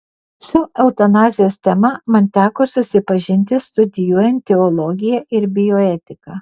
su eutanazijos tema man teko susipažinti studijuojant teologiją ir bioetiką